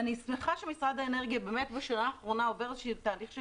ואני שמחה שמשרד האנרגיה בשנה האחרונה עובר תהליך של